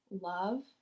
love